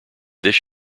this